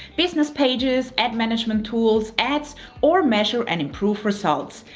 business pages, ad management tools, ads or measure and improve results.